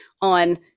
on